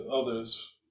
others